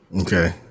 Okay